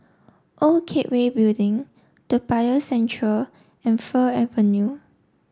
Old Cathay Building Toa Payoh Central and Fir Avenue